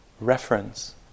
reference